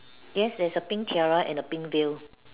yes there is a pink tiara and a pink veil